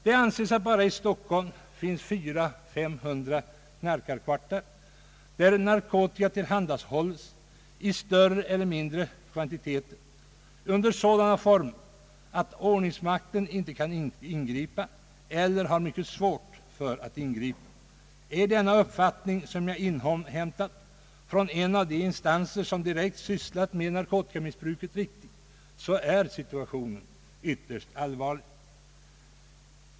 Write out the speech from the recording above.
Det anses att bara i Stockholm finns 400—500 knarkarkvartar, där narkotika tillhandahålles i större eller mindre kvantiteter under sådana former att ordningsmakten inte kan ingripa eller har mycket svårt för att ingripa. Är denna uppfattning, som jag inhämtat från en av de institutioner som direkt sysslar med narkotikamissbruket, riktig så är situationen ytterst allvarlig.